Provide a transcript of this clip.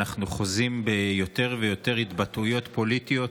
אנחנו חוזים ביותר ויותר התבטאויות פוליטיות